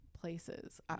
places